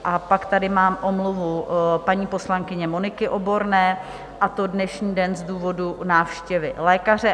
A pak tady mám omluvu paní poslankyně Moniky Oborné, a to dnešní den z důvodu návštěvy lékaře.